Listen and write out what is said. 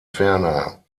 ferner